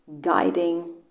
guiding